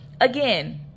Again